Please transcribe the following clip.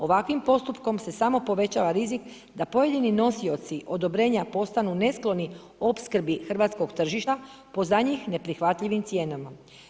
Ovakvim postupkom se samo povećava rizik da pojedini nosioci odobrenja postanu neskloni opskrbi hrvatskog tržišta po za njih ne prihvatljivim cijenama.